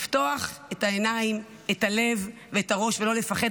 לפתוח את העיניים, את הלב ואת הראש ולא לפחד.